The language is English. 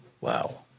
Wow